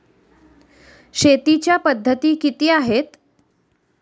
शेतीच्या पद्धती किती आहेत?